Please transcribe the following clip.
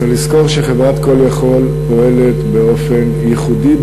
צריך לזכור שחברת "call יכול" פועלת באופן ייחודי,